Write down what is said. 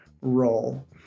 role